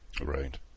Right